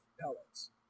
pellets